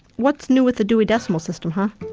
what's new with the dewey decimal system, huh.